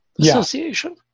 Association